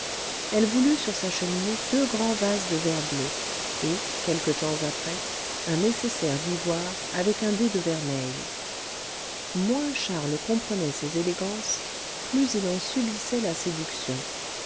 elle voulut sur sa cheminée deux grands vases de verre bleu et quelque temps après un nécessaire d'ivoire avec un dé de vermeil moins charles comprenait ces élégances plus il en subissait la séduction